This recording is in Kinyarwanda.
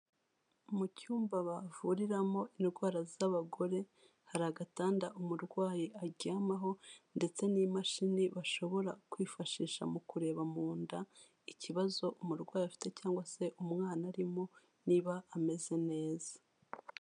Mu cyumba bavuriramo indwara z'abagore, hari agatanda umurwayi aryamaho ndetse n'imashini bashobora kwifashisha mu kureba mu nda ikibazo umurwayi afite cyangwa se umwana arimo niba ameze neza.